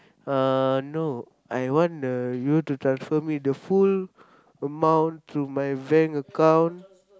uh no I want you to transfer me the full amount through my bank account